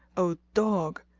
o dog!